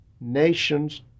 nations